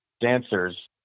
dancers